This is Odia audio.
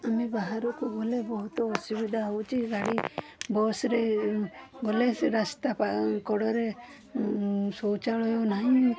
ଆମେ ବାହାରକୁ ଗଲେ ବହୁତ ଅସୁବିଧା ହେଉଛି ଗାଡ଼ି ବସ୍ରେ ଗଲେ ସେ ରାସ୍ତା କଡ଼ରେ ଶୌଚାଳୟ ନାହିଁ